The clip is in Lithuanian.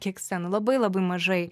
kiek jis ten labai labai mažai